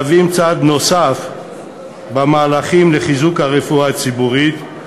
מהווים צעד נוסף במהלכים לחיזוק הרפואה הציבורית,